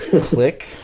click